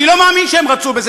אני לא מאמין שהם רצו בזה.